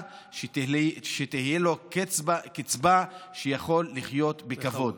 תהיה לו קצבה ושהוא יוכל לחיות בכבוד.